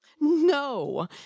No